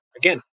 again